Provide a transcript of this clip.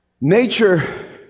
nature